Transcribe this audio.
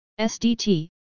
SDT